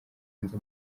hanze